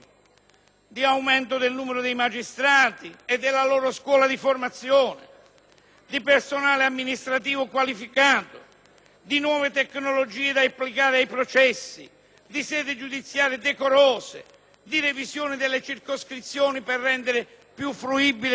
per personale amministrativo qualificato; per nuove tecnologie da applicare ai processi; di sedi giudiziarie decorose; di revisione delle circoscrizioni per rendere più fruibile tutta la giustizia; per restituire i magistrati